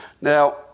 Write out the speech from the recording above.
Now